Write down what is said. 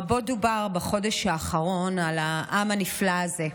רבות דובר בחודש האחרון על העם הנפלא הזה.